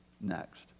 next